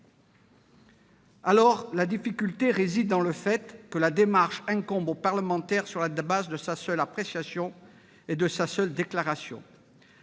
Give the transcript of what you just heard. La difficulté réside dans le fait que la démarche incombe au parlementaire et se fonde sur sa seule appréciation et sa seule déclaration,